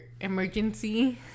emergency